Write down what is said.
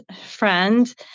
friend